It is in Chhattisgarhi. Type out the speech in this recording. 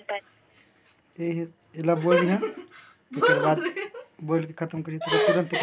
मोर चालू खाता से ऋण मिल सकथे?